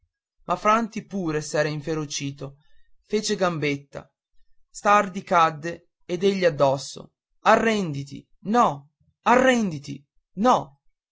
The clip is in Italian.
ma franti pure s'era inferocito fece gambetta stardi cadde ed egli addosso arrenditi no arrenditi no